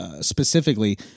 Specifically